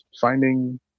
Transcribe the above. finding